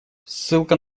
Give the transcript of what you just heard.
ссылка